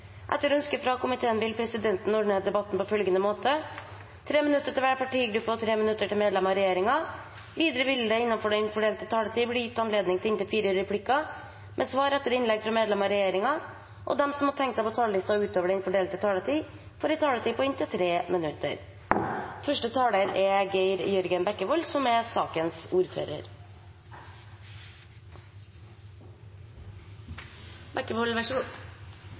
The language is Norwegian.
Etter ønske fra helse- og omsorgskomiteen vil presidenten ordne debatten på følgende måte: 3 minutter til hver partigruppe og 3 minutter til medlemmer av regjeringen. Videre vil det – innenfor den fordelte taletid – bli gitt anledning til inntil fire replikker med svar etter innlegg fra medlemmer av regjeringen, og de som måtte tegne seg på talerlisten utover den fordelte taletid, får også en taletid på inntil 3 minutter. Vi behandler en proposisjon som